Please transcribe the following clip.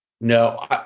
No